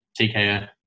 TKO